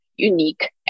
unique